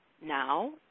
now